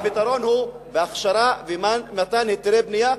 הפתרון הוא בהכשרה ומתן היתרי בנייה,